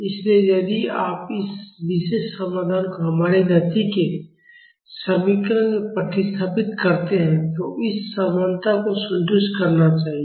इसलिए यदि आप इस विशेष समाधान को हमारे गति के समीकरण में प्रतिस्थापित करते हैं तो इसे समानता को संतुष्ट करना चाहिए